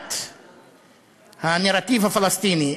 הכחשת הנרטיב הפלסטיני,